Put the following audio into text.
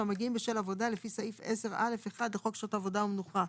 "או המגיעים בשל עבודה לפי סעיף 10(א)(1) לחוק שעות עבודה ומנוחה.